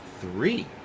three